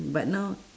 but now